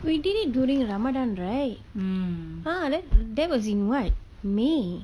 we did it during ramadan right !huh! then that was in what may